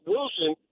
Wilson